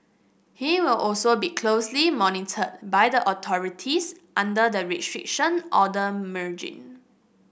he will also be closely monitored by the authorities under the Restriction Order merge